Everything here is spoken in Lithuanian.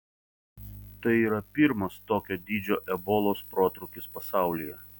tai yra pirmas tokio dydžio ebolos protrūkis pasaulyje